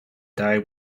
died